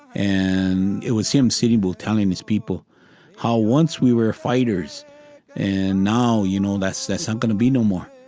and it was him, sitting bull, telling his people how once we were fighters and now, you know, that's not um going to be no more,